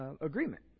agreement